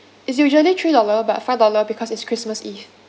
is usually three dollar but five dollar because it's christmas eve